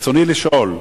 רצוני לשאול: